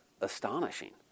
astonishing